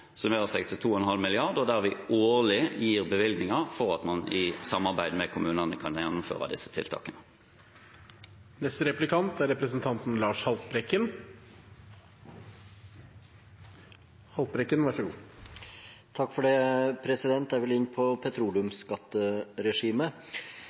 summerer seg til 2,5 mrd. kr, og vi gir årlig bevilgninger for at man i samarbeid med kommunene kan gjennomføre disse tiltakene.